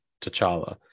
T'Challa